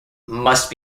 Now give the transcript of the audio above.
must